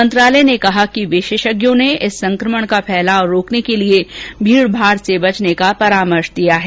मंत्रालय ने कहा कि विशेषज्ञों ने इस संक्रमण का फैलाव रोकने के लिए भीड़भाड़ से बचने का परामर्श दिया है